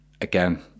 again